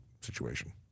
situation